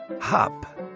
Hop